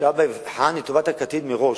שהאבא יבחן את טובת הקטין מראש.